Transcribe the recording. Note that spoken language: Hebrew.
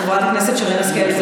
חברת הכנסת שרן השכל,